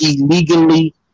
illegally